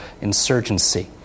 insurgency